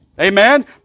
amen